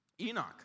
Enoch